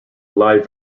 live